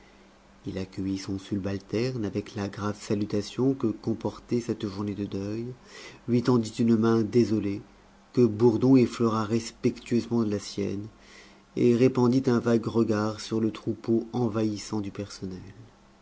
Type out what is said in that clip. il accueillit son subalterne avec la grave salutation que comportait cette journée de deuil lui tendit une main désolée que bourdon effleura respectueusement de la sienne et répandit un vague regard sur le troupeau envahissant du personnel